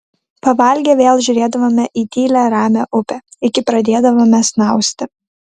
pavalgę vėl žiūrėdavome į tylią ramią upę iki pradėdavome snausti